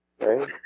Right